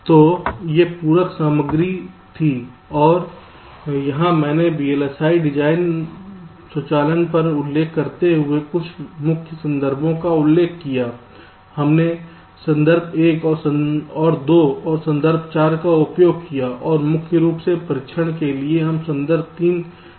तो ये पूरक सामग्रियां थीं और यहां मैंने VLSI डिजाइन स्वचालन का उल्लेख करते हुए कुछ मुख्य संदर्भों का उल्लेख किया है हमने संदर्भ 1 और 2 और संदर्भ 4 का उपयोग किया है और मुख्य रूप से परीक्षण के लिए हम संदर्भ 3 का उपयोग करते हैं